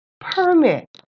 permit